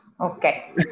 Okay